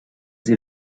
sie